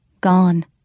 gone